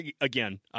again